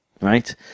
right